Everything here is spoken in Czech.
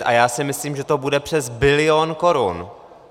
A já si myslím, že to bude přes bilion korun.